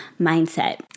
mindset